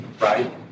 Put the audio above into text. right